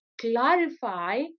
clarify